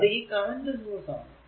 അത് ഈ current source ആണ്